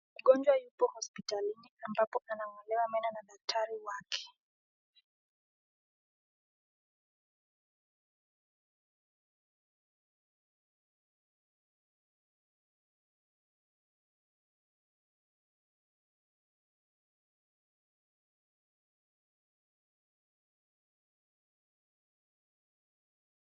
Mgonjwa yupo hospitalini ambapo anang'olewa meno na daktari wake.